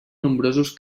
nombrosos